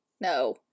No